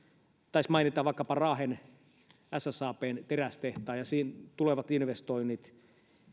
taisi mainita raahen ssabn terästehtaan ja tulevat investoinnit